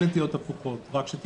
נטיות הפוכות זה ביטוי משפיל, רק שתדע,